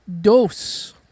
Dos